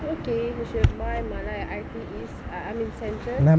okay we should have one mala at I_T_E east ah I mean central